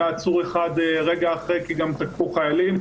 היה עצור אחד רגע אחרי כי גם תקפו חיילים,